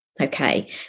Okay